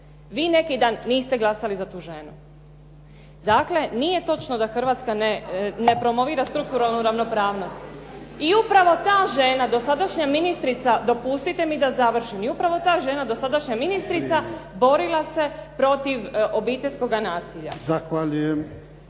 Vi neki dan niste glasali za tu ženu. Dakle, nije točno da Hrvatska ne promovira strukturalnu ravnopravnost. I upravo ta žena dosadašnja ministrica borila se protiv obiteljskoga nasilja.